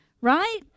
right